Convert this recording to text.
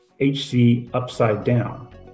HCUpsideDown